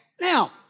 Now